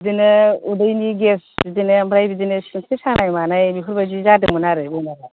बिदिनो उदैनि गेस बिदिनो ओमफाय बिदिनो सिनस्रि सानाय मानाय बेफोरबायदि जादोंमोन आरो बेमारा